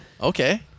Okay